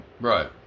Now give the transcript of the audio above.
right